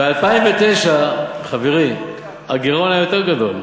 ב-2009 הגירעון היה יותר גדול,